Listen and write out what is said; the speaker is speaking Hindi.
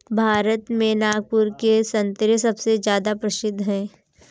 भारत में नागपुर के संतरे सबसे ज्यादा प्रसिद्ध हैं